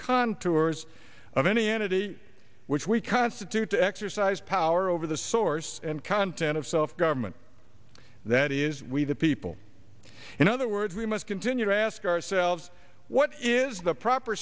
contours of any entity which we constitute to exercise power over the source and content of self government that is we the people in other words we must continue to ask ourselves what is the proper